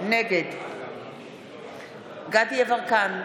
נגד דסטה גדי יברקן,